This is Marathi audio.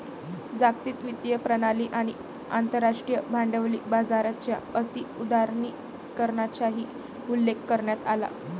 जागतिक वित्तीय प्रणाली आणि आंतरराष्ट्रीय भांडवली बाजाराच्या अति उदारीकरणाचाही उल्लेख करण्यात आला